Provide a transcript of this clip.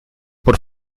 por